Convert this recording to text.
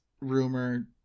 rumor